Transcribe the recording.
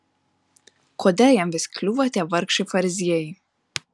kodėl jam vis kliūva tie vargšai fariziejai